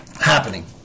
happening